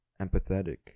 empathetic